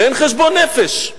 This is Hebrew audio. ואין חשבון נפש.